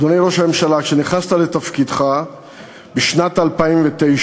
אדוני ראש הממשלה, כשנכנסת לתפקידך בשנת 2009,